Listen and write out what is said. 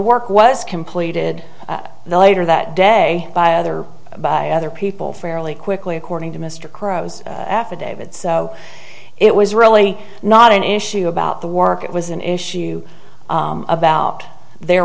work was completed the later that day by other by other people fairly quickly according to mr croes affidavit so it was really not an issue about the work it was an issue about the